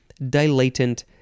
dilatant